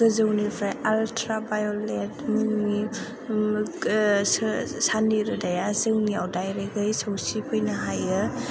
गोजौनिफ्राय ultraviolet मुंनि साननि रोदाया जोंनायाव दाइरेकै सौसिफैनो हायो